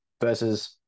versus